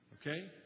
Okay